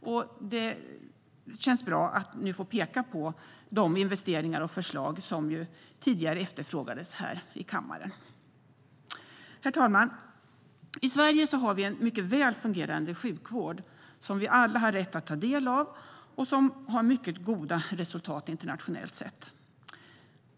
Det känns bra att nu få peka på de investeringar och förslag som efterfrågades här i kammaren tidigare. Herr talman! I Sverige har vi en mycket väl fungerande sjukvård som vi alla har rätt att ta del av och som har mycket goda resultat internationellt sett.